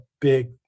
big